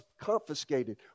confiscated